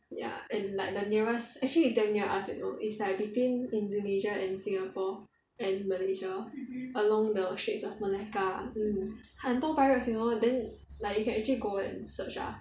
ya and like the nearest actually is damn near us you know is like between indonesia and singapore and malaysia along the straits of malacca mm 很多 pirates you know then like you can actually go and search ah